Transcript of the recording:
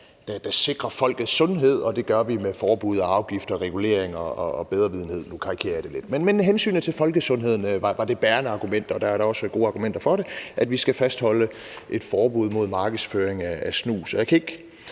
der sikrer folkets sundhed, og det gør vi med forbud og afgifter og reguleringer og bedrevidenhed, og nu karikerer jeg det lidt. Men hensynet til folkesundheden var det bærende argument, og der har da også været gode argumenter for det, altså at vi skal fastholde et forbud mod markedsføring af snus.